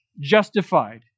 justified